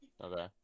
Okay